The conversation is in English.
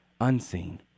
unseen